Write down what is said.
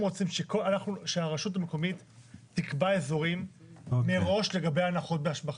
הם רוצים שהרשות המקומית תקבע אזורים מראש לגבי הנחות בהשבחה.